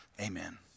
Amen